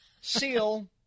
Seal